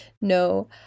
No